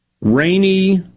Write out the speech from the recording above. rainy